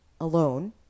alone